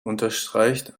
unterstreicht